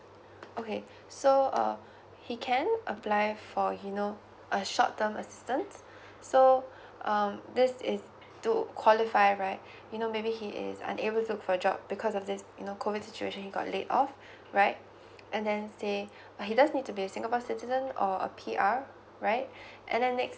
okay so uh he can apply for you know a short term assistance so um this is to qualify right you know maybe he is unable to look for a job because of this you know COVID situation he got laid off right and then say he does need to be a singapore citizen or a P_R right and then next